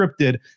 scripted